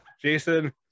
Jason